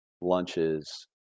lunches